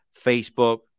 Facebook